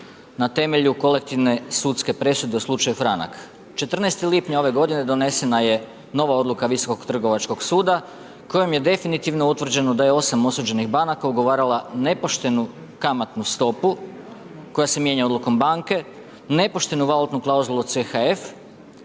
na temelju kolektivne sudske presude u slučaju franak. 14. lipnja ove godine donesena je nova odluka Visokog trgovačkog suda kojom je definitivno utvrđeno da je 8 osuđenih banaka ugovarala nepoštenu kamatnu stopu koja se mijenja odlukom banke, nepoštenu valutnu klauzulu u CHF